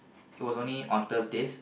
it was only on Thursdays